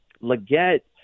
Leggett